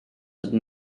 ydyn